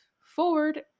forward